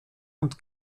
und